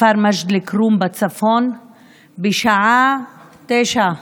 בכפר מג'ד אל-כרום בצפון בשעה 21:00,